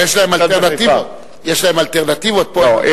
לא, אבל יש להם אלטרנטיבות, פה אין.